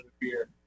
beer